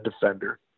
defender